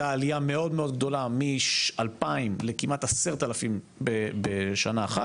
הייתה עלייה מאוד מאוד גדולה מ-2,000 לכמעט 10,000 בשנה אחת,